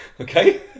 Okay